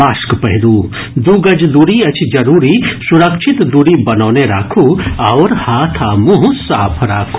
mask पहिरू दू गज दूरी अछि जरूरी सुरक्षित दूरी बनौने राखू आओर हाथ आ मुंह साफ राखू